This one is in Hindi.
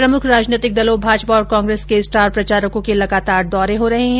प्रमुख राजनैतिक दलों भाजपा और कांग्रेस के स्टार प्रचारकों के लगातार दौरे हो रहे है